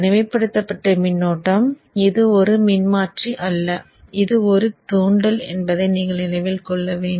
தனிமைப்படுத்தப்பட்ட மின்னோட்டம் இது ஒரு மின்மாற்றி அல்ல இது ஒரு தூண்டல் என்பதை நீங்கள் நினைவில் கொள்ள வேண்டும்